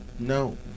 No